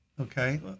Okay